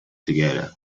together